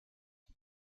les